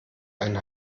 einen